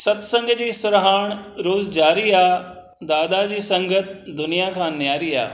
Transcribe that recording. सत्संग जी सिरहाण रोज़ जारी आहे दादा जी संगत दुनिया खां न्यारी आहे